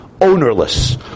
Ownerless